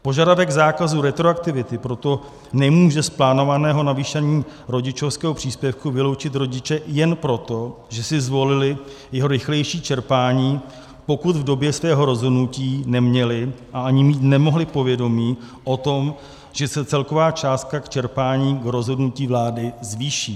Požadavek zákazu retroaktivity proto nemůže z plánovaného navýšení rodičovského příspěvku vyloučit rodiče jen proto, že si zvolili jeho rychlejší čerpání, pokud v době svého rozhodnutí neměli, a ani mít nemohli, povědomí o tom, že se celková částka k čerpání rozhodnutím vlády zvýší.